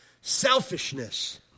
Selfishness